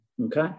okay